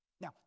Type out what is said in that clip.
Now